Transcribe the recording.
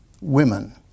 women